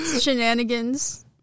shenanigans